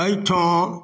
अइ ठाम